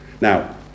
Now